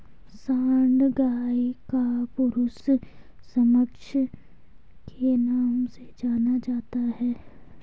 सांड गाय का पुरुष समकक्ष के नाम से जाना जाता है